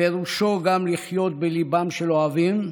פרושו גם לחיות בתוך ליבם של אוהבים,